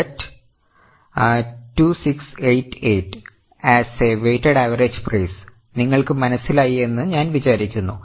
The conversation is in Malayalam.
44 you get 2688 as a weighted average price നിങ്ങൾക്ക് മനസ്സിലായി എന്ന് വിചാരിക്കുന്നു